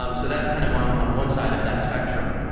um so that's kind of on on one side of that spectrum.